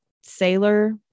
sailor